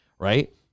right